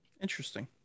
Interesting